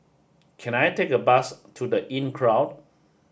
can I take a bus to The Inncrowd